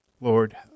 Lord